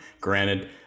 Granted